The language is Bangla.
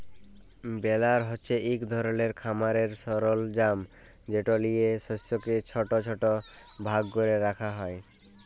বেলার হছে ইক ধরলের খামারের সরলজাম যেট লিঁয়ে শস্যকে ছট ছট ভাগ ক্যরে রাখা হ্যয়